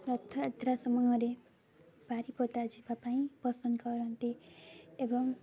ରଥଯାତ୍ରା ସମୟରେ ବାରିପଦା ଯିବା ପାଇଁ ପସନ୍ଦ କରନ୍ତି ଏବଂ